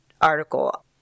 article